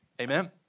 Amen